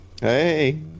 hey